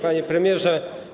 Panie Premierze!